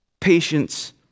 Patience